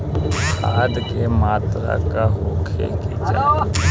खाध के मात्रा का होखे के चाही?